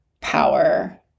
power